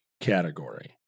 category